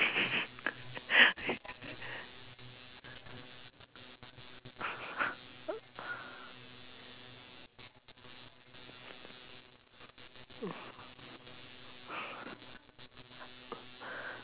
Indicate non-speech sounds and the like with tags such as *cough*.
*laughs*